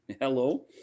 hello